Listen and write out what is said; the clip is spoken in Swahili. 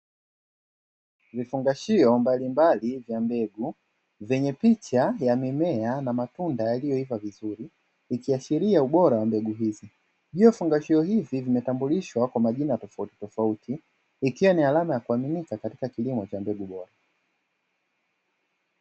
Vifungashio mbalimbali vya mbegu vyenye picha ya mimea na matunda yaliyoiva vizuri ikiashiria ubora wa mbegu hizi, juu ya vifungashio hivi vimetambulishwa kwa majina tofautitofauti ikiwa ni alama ya kuaminika katika kilimo cha mbegu bora.